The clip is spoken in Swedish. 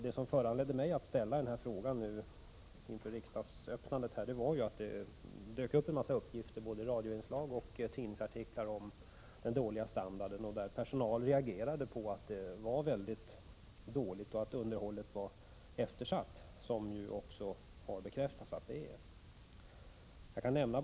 Det som föranledde mig att vid riksdagsöppnandet ställa den här frågan var att det dök upp olika uppgifter — både i radioinslag och i tidningsartiklar — om den dåliga standarden. Personalen reagerade på att underhållet var eftersatt — det har också bekräftats att så är fallet.